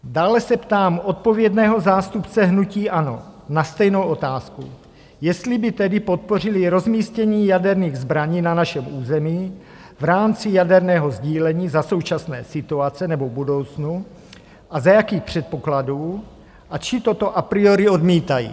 Dále se ptám odpovědného zástupce hnutí ANO na stejnou otázku, jestli by tedy podpořili rozmístění jaderných zbraní na našem území v rámci jaderného sdílení za současné situace nebo v budoucnu a za jakých předpokladů, či toto a priori odmítají?